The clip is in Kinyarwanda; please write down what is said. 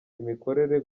imikorere